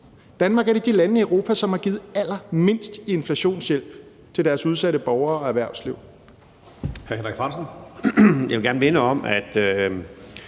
Danmark er et af de lande i Europa, som har givet allermindst i inflationshjælp til deres udsatte borgere og erhvervsliv.